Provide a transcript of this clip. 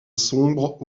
sombre